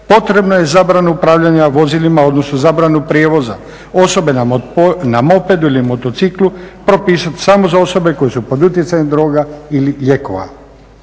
potrebno je zabranu upravljanja vozilima, odnosno zabranu prijevoza osobe na mopedu ili motociklu propisati samo za osobe koje su pod utjecajem droga ili lijekova.